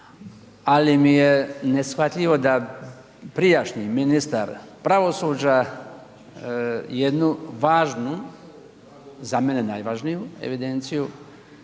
ali mi je neshvatljivo da prijašnji ministar pravosuđa jednu važnu, za mene najvažniju evidenciju